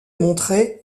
montré